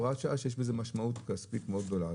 או הוראת שעה שיש בה משמעות כספית מאוד גדולה.